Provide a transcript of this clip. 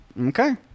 Okay